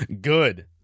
Good